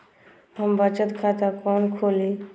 हम बचत खाता कोन खोली?